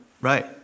Right